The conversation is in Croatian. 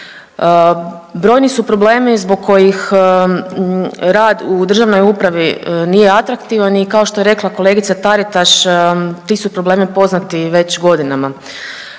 Brojni su problemi zbog kojih rad u državnoj upravi nije atraktivan i kao što je rekla kolegica Taritaš ti su problemi poznati već godinama.